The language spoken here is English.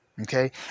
Okay